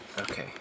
Okay